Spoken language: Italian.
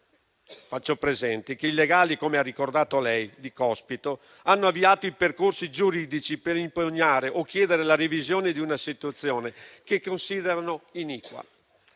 faccio presente che, come lei ha ricordato, i legali di Cospito hanno avviato i percorsi giuridici per impugnare o chiedere la revisione di una situazione che considerano iniqua.